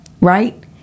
right